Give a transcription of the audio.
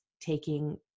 taking